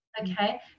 Okay